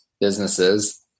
businesses